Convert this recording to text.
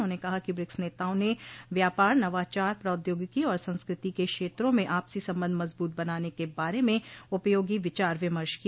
उन्होंने कहा कि ब्रिक्स नेताओं ने व्यापार नवाचार प्रौद्योगिकी और संस्कृति के क्षेत्रों में आपसी संबंध मजबूत बनाने के बारे में उपयोगी विचार विमर्श किया